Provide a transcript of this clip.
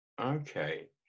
okay